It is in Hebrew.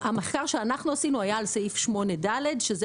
המחקר שאנחנו עשינו היה על סעיף 8ד שזה